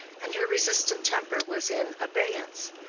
and her resistant temper was in abeyance.